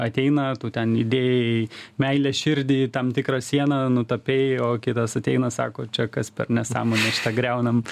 ateina tu ten įdėjai meilę širdį tam tikrą sieną nutapei o kitas ateina sako čia kas per nesąmonė šitą griaunam